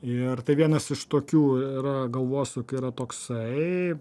ir tai vienas iš tokių ir galvosūkių yra toksai